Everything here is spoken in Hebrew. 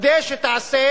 כדי שתעשה,